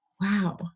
wow